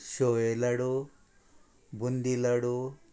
शोवयो laddu boondi लाडू